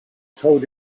told